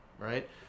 right